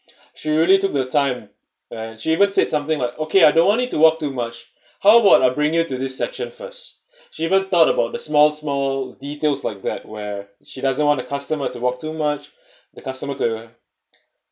she really took the time and she would say something like okay I don't want it to walk too much how about I bring you to this section first she even thought about the small small details like that where she doesn't want a customer to walk too much the customer to